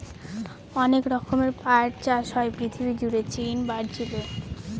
অনেক রকমের পাট চাষ হয় পৃথিবী জুড়ে চীন, ব্রাজিলে